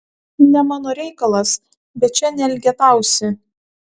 ne mano reikalas bet čia neelgetausi